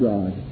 God